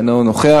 אינו נוכח,